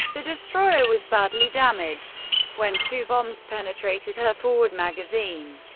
the destroyer was badly damaged when two bombs penetrated her forward magazine.